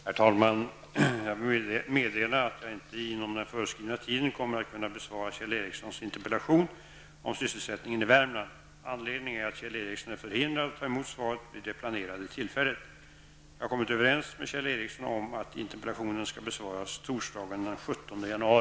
Herr talman! Jag får meddela att jag inte inom den föreskrivna tiden kommer att kunna besvara Kjell Värmland. Anledningen är att Kjell Ericsson är förhindrad att ta emot svaret vid det planerade tillfället. Jag har kommit överens med Kjell